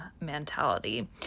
mentality